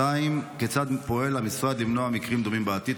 2. כיצד פועל המשרד למנוע מקרים דומים בעתיד?